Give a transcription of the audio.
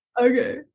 Okay